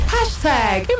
Hashtag